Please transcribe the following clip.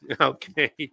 Okay